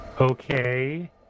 Okay